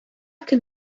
can